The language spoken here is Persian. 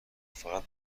فقط